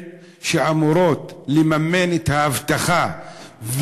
שאמורות לממן את האבטחה,